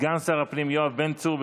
סגן שר הפנים יואב בן צור,